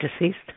deceased